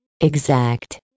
Exact